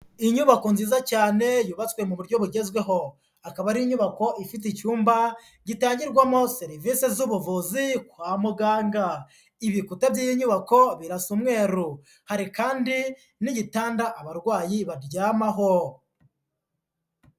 Inyubako nziza cyane yubashtswe mu buryo bugezweho, akaba ari inyubako ifite icyumba gitangirwamo serivisi z'ubuvuzi kwa muganga, ibikuta by'iyi nyubako birasa umweru, hari kandi n'igitanda abarwayi baryamaho.